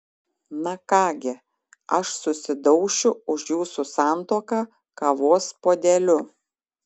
na ką gi aš susidaušiu už jūsų santuoką kavos puodeliu